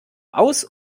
aus